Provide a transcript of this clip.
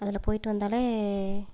அதில் போய்ட்டு வந்தாலே